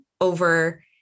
over